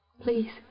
Please